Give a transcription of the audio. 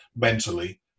mentally